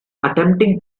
attempting